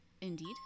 Indeed